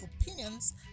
opinions